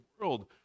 world